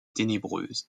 ténébreuse